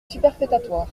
superfétatoire